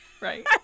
right